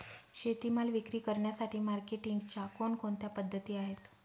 शेतीमाल विक्री करण्यासाठी मार्केटिंगच्या कोणकोणत्या पद्धती आहेत?